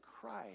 Christ